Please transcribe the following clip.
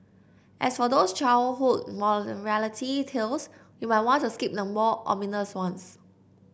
as for those childhood morality tales you might want to skip the more ominous ones